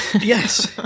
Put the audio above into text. Yes